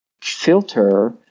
filter